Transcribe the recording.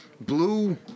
blue